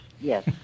Yes